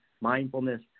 mindfulness